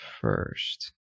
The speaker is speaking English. first